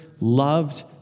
loved